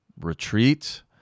Retreat